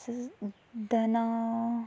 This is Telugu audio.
స ధన